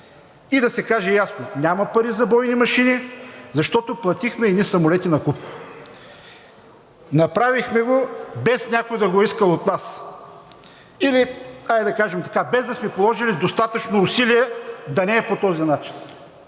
и да се каже ясно: няма пари за бойни машини, защото платихме едни самолети накуп. Направихме го, без някой да го е искал от нас. Или, хайде да кажем така, без да сме положили достатъчно усилия да не е по този начин.